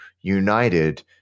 united